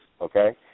okay